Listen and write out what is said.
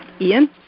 Ian